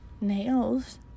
Nails